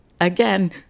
Again